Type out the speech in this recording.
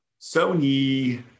Sony